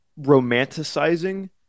romanticizing